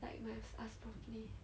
like must ask properly